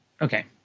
Okay